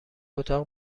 اتاق